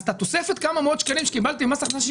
אז את התוספת של כמה מאות שקלים שקיבלתי ממס הכנסה,